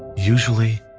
usually,